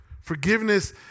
Forgiveness